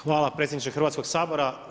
Hvala predsjedniče Hrvatskog sabora.